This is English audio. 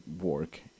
work